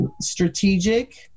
strategic